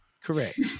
Correct